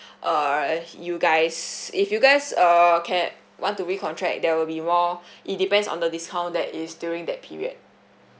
err you guys if you guys uh can what to re contract there will be more it depends on the discount that is during that period